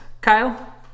Kyle